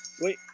Wait